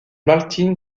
martín